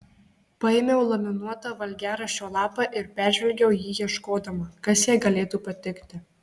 paėmiau laminuotą valgiaraščio lapą ir peržvelgiau jį ieškodama kas jai galėtų patikti